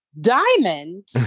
Diamond